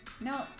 No